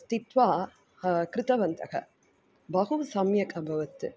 स्थित्वा कृतवन्तः बहु सम्यक् अभवत्